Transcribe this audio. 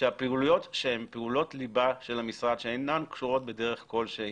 שהפעולות שהן פעולות ליבה של המשרד שאינן קשורות בדרך כלשהי,